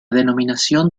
denominación